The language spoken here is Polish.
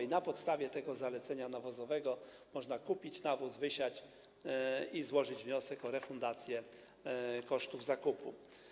I na podstawie tego zalecenia nawozowego można kupić nawóz, wysiać i złożyć wniosek o refundację kosztów zakupu.